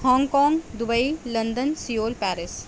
Hong Kong Dubai London Seoul Paris